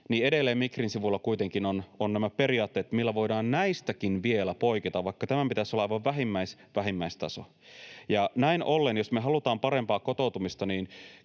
edelleen Migrin sivuilla kuitenkin on nämä periaatteet, millä voidaan näistäkin vielä poiketa, vaikka tämän pitäisi olla aivan vähin vähimmäistaso. Näin ollen, jos me halutaan parempaa kotoutumista,